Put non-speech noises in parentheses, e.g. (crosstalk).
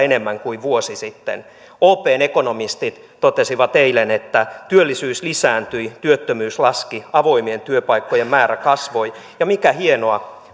(unintelligible) enemmän kuin vuosi sitten opn ekonomistit totesivat eilen että työllisyys lisääntyi työttömyys laski avoimien työpaikkojen määrä kasvoi ja mikä hienoa (unintelligible)